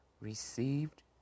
received